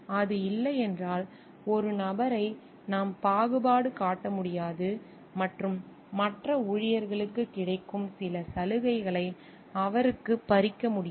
அது இல்லையென்றால் ஒரு நபரை நாம் பாகுபாடு காட்ட முடியாது மற்றும் மற்ற ஊழியர்களுக்குக் கிடைக்கும் சில சலுகைகளை அவருக்குப் பறிக்க முடியாது